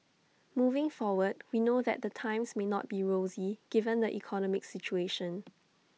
moving forward we know that the times may not be rosy given the economic situation